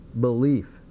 belief